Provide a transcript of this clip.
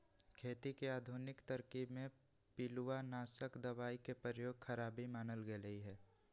खेती के आधुनिक तरकिब में पिलुआनाशक दबाई के प्रयोग खराबी मानल गेलइ ह